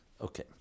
Okay